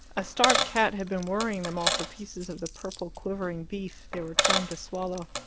a starved cat had been worrying them all for pieces of the purple quivering beef they were trying to swallow.